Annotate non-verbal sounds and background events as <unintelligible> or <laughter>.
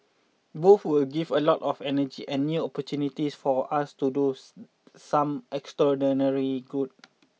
both will give a lot of energy and new opportunity for us to do <unintelligible> some extraordinary good